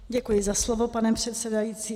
Děkuji za slovo, pane předsedající.